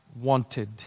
wanted